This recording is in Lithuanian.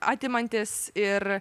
atimantis ir